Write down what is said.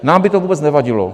Nám by to vůbec nevadilo.